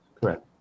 Correct